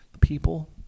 people